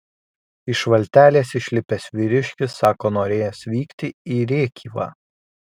iš valtelės išlipęs vyriškis sako norėjęs vykti į rėkyvą